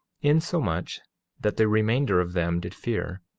insomuch that the remainder of them did fear.